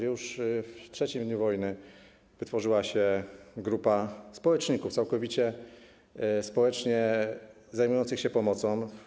Tam już w trzecim dniu wojny utworzyła się grupa społeczników, całkowicie społecznie zajmujących się pomocą.